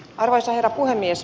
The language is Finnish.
arvoisa herra puhemies